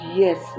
yes